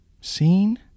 seen